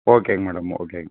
ஓகேங்க மேடம் ஓகேங்க